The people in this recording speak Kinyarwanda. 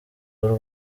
w’u